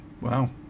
Wow